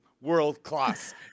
world-class